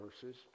verses